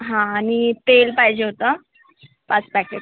हां आणि तेल पाहिजे होतं पाच पॅकेट